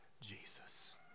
Jesus